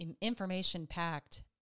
information-packed